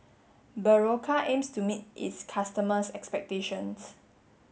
Berocca aims to meet its customers' expectations